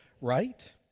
right